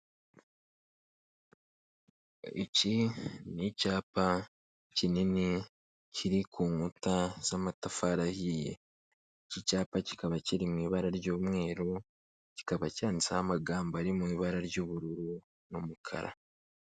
Iki ni icyapa kinini kiri ku nkuta z'amatafari ahiye, iki cyapa kikaba kiri mu ibara ry'umweru, kikaba cyanditseho amagambo ari mu ibara ry'ubururu n'umukara.